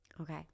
Okay